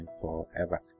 forever